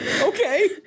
Okay